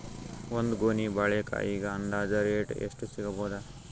ಒಂದ್ ಗೊನಿ ಬಾಳೆಕಾಯಿಗ ಅಂದಾಜ ರೇಟ್ ಎಷ್ಟು ಸಿಗಬೋದ?